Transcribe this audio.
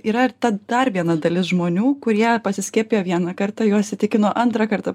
yra ir ta dar viena dalis žmonių kurie pasiskiepijo vieną kartą juos įtikino antrą kartą